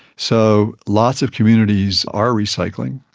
so lots of communities are recycling,